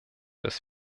dass